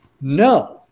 No